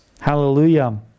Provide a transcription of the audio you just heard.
Hallelujah